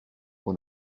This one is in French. pour